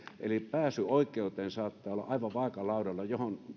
eli pääsy oikeuteen saattaa olla aivan vaakalaudalla